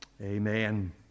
Amen